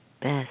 best